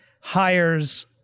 hires